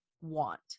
want